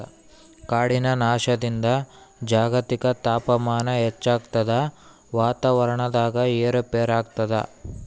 ಕಾಡಿನ ನಾಶದಿಂದ ಜಾಗತಿಕ ತಾಪಮಾನ ಹೆಚ್ಚಾಗ್ತದ ವಾತಾವರಣದಾಗ ಏರು ಪೇರಾಗ್ತದ